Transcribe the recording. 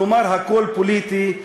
כלומר הכול פוליטי,